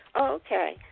Okay